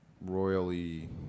Royally